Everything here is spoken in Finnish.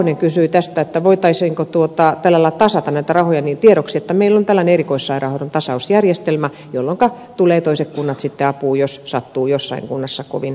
ahonen kysyi voitaisiinko tasata näitä rahoja niin tiedoksi että meillä on tällainen erikoissairaanhoidon tasausjärjestelmä jolloinka tulevat toiset kunnat apuun jos sattuu jossain kunnassa kovin hankala tilanne